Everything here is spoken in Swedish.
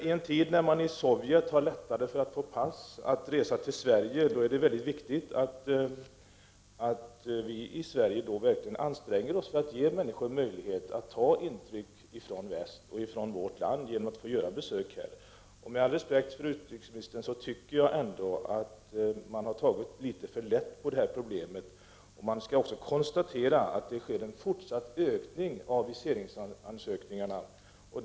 I en tid när man i Sovjet har lättare att få pass för att resa till vårt land är det viktigt att vi i Sverige verkligen anstränger oss för att ge människor i Sovjet möjlighet att få intryck från vårt land och från västsidan i övrigt genom att få göra besök här. Med all respekt för utrikesministern tycker jag ändå att man har tagit litet för lätt på det här problemet. Man skall också konstatera att det sker en fortsatt ökning av antalet viseringsansökningar.